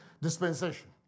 dispensation